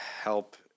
help